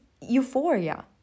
euphoria